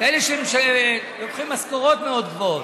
כאלה שלוקחים משכורות מאוד גבוהות.